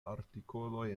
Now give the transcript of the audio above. artikoloj